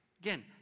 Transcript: Again